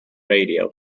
radio